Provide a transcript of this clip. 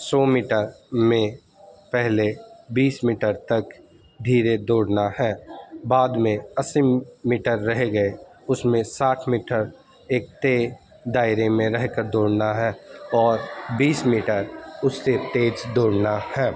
سو metre میں پہلے بیس میٹر تک دھیرے دوڑنا ہے بعد میں اسی میٹر رہ گئے اس میں ساٹھ میٹر ایک طے دائرے میں رہ کر دوڑنا ہے اور بیس میٹر اس سے تیز دوڑنا ہے